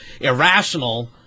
irrational